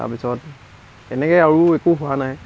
তাৰপিছত তেনেকৈ আৰু একো হোৱা নাই